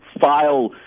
file